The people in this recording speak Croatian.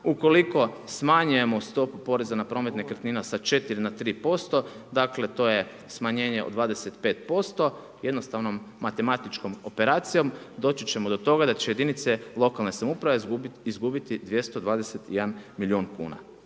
Ukoliko smanjujemo stupu poreza na promet nekretnina sa 4 na 3%, dakle to je smanjenje od 25%, jednostavnom matematičkom operacijom doći ćemo do toga da će jedinice lokalne samouprave izgubiti 221 milion kuna.